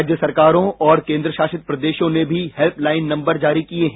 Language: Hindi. राज्य सरकारों और केंद्रशासित प्रदेशों ने भी हेल्य लाइन नंबर जारी किए हैं